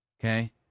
Okay